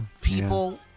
people